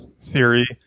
theory